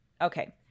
okay